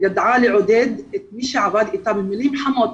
ידעה לעודד את מי שעבד איתה במילים חמות.